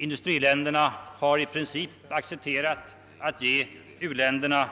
Industriländerna har i princip accepterat att ge u-länderna